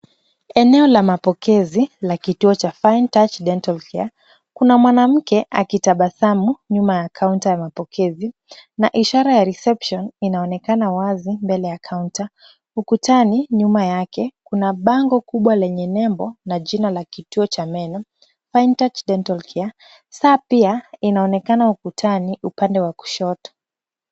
Eneo la mapokezi la kituo cha Fine Touch Dental Care. Kuna mwanamke akitabasamu nyuma ya kaunta ya mapokezi na ishara ya reception inaonekana wazi mbele ya kaunta. Ukutani nyuma yake, kuna bango kubwa lenye nembo na jina la kituo cha meno, Fine Touch Dental Care. Saa pia inaonekana ukutani upande wa kushoto.